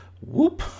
Whoop